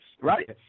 right